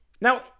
Now